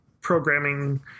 programming